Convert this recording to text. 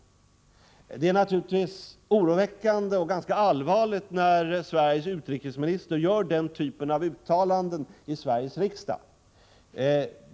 Det är naturligtvis oroväckande och ganska allvarligt när utrikesministern gör den typen av uttalanden i Sveriges riksdag.